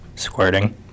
Squirting